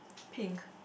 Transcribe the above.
pink